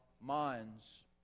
minds